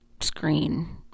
screen